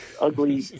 ugly